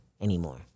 anymore